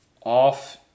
off